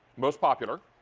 most popular.